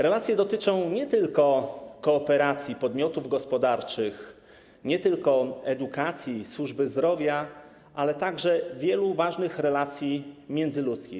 Relacje dotyczą nie tylko kooperacji podmiotów gospodarczych, nie tylko edukacji, służby zdrowia, ale także wielu ważnych spraw międzyludzkich.